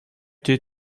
tais